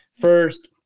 First